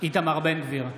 איתמר בן גביר,